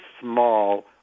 small